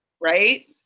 right